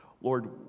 Lord